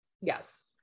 yes